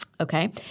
Okay